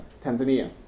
Tanzania